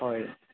হয়